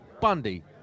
Bundy